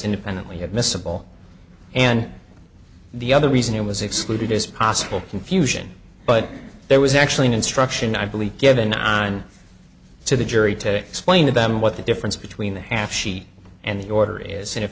independently admissible and the other reason it was excluded is possible confusion but there was actually an instruction i believe given i on to the jury to explain to them what the difference between the half sheet and the order is and if